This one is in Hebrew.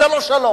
זה לא שלום.